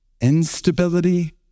instability